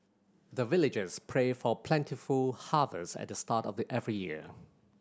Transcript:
the villagers pray for plentiful harvest at the start of every year